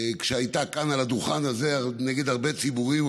כשהייתה כאן על הדוכן הזה נגד הרבה ציבורים,